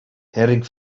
heading